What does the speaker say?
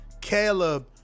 Caleb